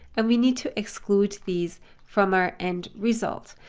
and we need to exclude these from our end results.